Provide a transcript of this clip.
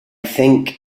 think